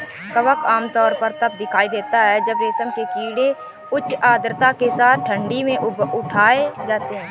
कवक आमतौर पर तब दिखाई देता है जब रेशम के कीड़े उच्च आर्द्रता के साथ ठंडी में उठाए जाते हैं